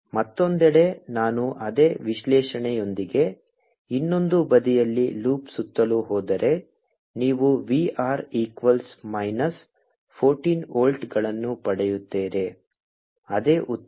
ಮತ್ತೊಂದೆಡೆ ನಾನು ಅದೇ ವಿಶ್ಲೇಷಣೆಯೊಂದಿಗೆ ಇನ್ನೊಂದು ಬದಿಯಲ್ಲಿ ಲೂಪ್ ಸುತ್ತಲೂ ಹೋದರೆ ನೀವು V r ಈಕ್ವಲ್ಸ್ ಮೈನಸ್ 14 ವೋಲ್ಟ್ಗಳನ್ನು ಪಡೆಯುತ್ತೀರಿ ಅದೇ ಉತ್ತರ